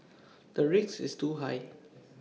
the risk is too high